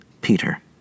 Peter